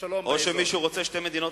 עשו עלילת דם בדמשק.